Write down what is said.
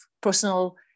personal